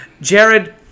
Jared